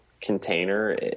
container